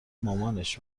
مامانش